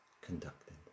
conducted